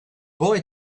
boy